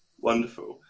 Wonderful